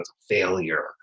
failure